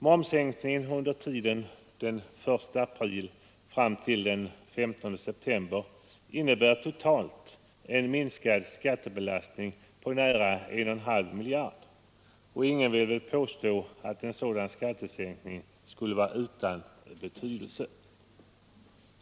Momssänkningen under tiden från den 1 april till den 15 september innebär totalt en minskad skattebelastning på nära 1,5 miljarder kronor, och ingen vill väl påstå att en sådan skattesänkning skulle vara utan betydelse.